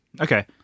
Okay